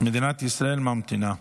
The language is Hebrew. מדינת ישראל ממתינה.